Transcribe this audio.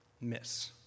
miss